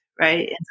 Right